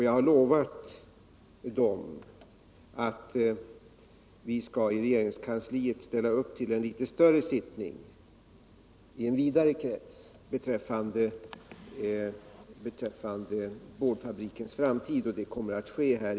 Jag har lovat dem att vi i regeringskansliet skall ställa upp till en litet större sittning i en vidare krets beträffande boardfabrikens framtid.